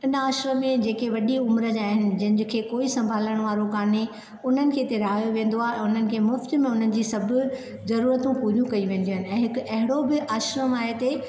इन आश्रम में जेके वॾी उमिर जा आहिनि जंहिं खे कोई संभालण वारो कान्हे उन्हनि खे हिते रहायो वेन्दो आ उन्हनि खे मुफ्त में उन्हनि जी सभु ज़रूरतूं पूरियूं कयूं वेन्दियूं आहिनि ऐं हिकु अहिड़ो बि आश्रम आहे हिते